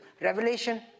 revelation